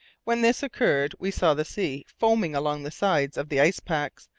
when this occurred we saw the sea foaming along the sides of the ice packs,